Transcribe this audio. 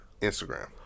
Instagram